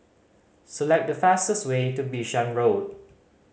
select the fastest way to Bishan Road